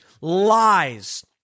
lies